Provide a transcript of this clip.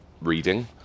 reading